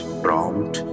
prompt